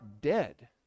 dead